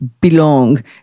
belong